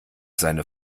seine